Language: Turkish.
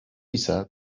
ise